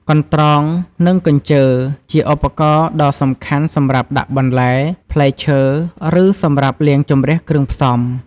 កន្ត្រង និងកញ្ជើ ជាឧបករណ៍ដ៏សំខាន់សម្រាប់ដាក់បន្លែ ផ្លែឈើ ឬសម្រាប់លាងជម្រះគ្រឿងផ្សំ។